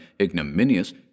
ignominious